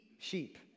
sheep